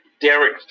Derek